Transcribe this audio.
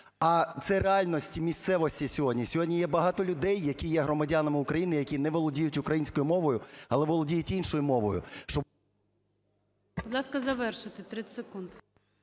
А це реальності місцевості сьогодні, сьогодні є багато людей, які є громадянами України, які не володіють українською мовою, але володіють іншою мовою…